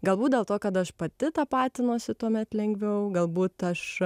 galbūt dėl to kad aš pati tapatinuosi tuomet lengviau galbūt aš